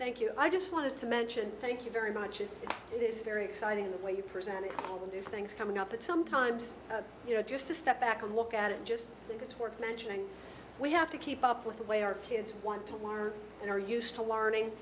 thank you i just wanted to mention thank you very much is it is very exciting the way you presented all the new things coming up that sometimes you know just to step back and look at it and just think it's worth mentioning we have to keep up with the way our kids want to work and are used to learning